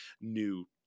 New